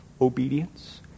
obedience